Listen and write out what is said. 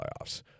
playoffs